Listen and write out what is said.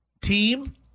team